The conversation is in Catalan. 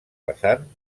vessant